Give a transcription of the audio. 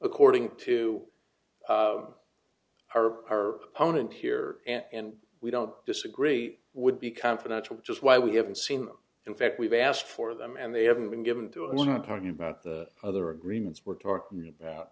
according to our our opponent here and we don't disagree would be confidential just why we haven't seen in fact we've asked for them and they haven't been given to a woman talking about the other agreements we're talking